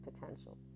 potential